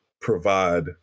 provide